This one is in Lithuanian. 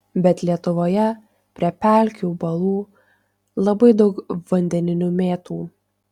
bet lietuvoje prie pelkių balų labai daug vandeninių mėtų